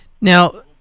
Now